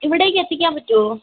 ഇവിടേക്ക് എത്തിക്കാൻ പറ്റുമോ